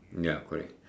ya correct